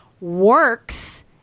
works